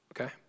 Okay